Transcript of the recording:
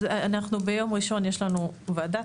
אז ביום ראשון יש לנו ועדה,